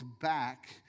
back